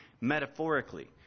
metaphorically